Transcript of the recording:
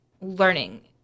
learning